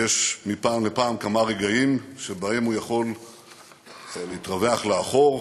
יש מפעם לפעם כמה רגעים שבהם הוא יכול להתרווח לאחור